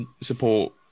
support